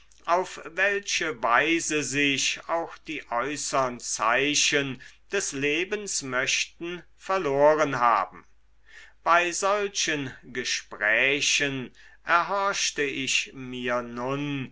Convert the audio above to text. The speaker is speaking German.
auf welche weise sich auch die äußern zeichen des lebens möchten verloren haben bei solchen gesprächen erhorchte ich mir nun